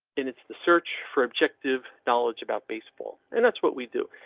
and it's the search for objective knowledge about baseball and that's what we do.